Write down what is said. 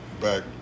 back